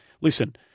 listen